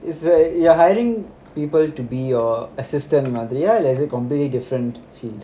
is a ya hiring people to be your assistant மாதிரியா இல்ல:mathiriya illa that's a completely different field